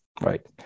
right